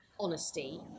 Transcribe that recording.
honesty